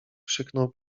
krzyknął